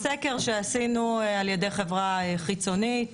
זה סקר שעשינו על ידי חברה חיצונית